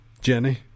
Jenny